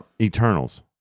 Eternals